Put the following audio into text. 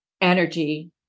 energy